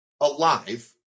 alive